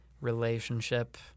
relationship